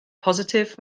positif